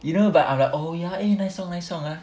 you know but I'm like oh ya eh nice song nice song ah